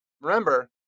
remember